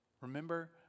Remember